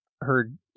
heard